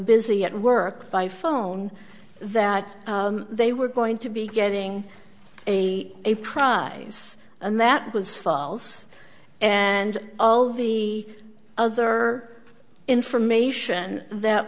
busy at work by phone that they were going to be getting a prize and that was false and all the other information that